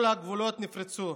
כל הגבולות נפרצו.